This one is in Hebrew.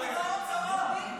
למה כשאני יורד אתה אומר את זה?